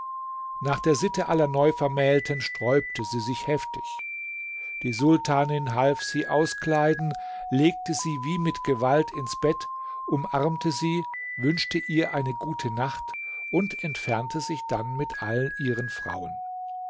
nach der sitte aller neuvermählten sträubte sie sich heftig die sultanin half sie auskleiden legte sie wie mit gewalt ins bett umarmte sie wünschte ihr eine gute nacht und entfernte sich dann mit allen ihren frauen